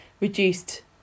reduced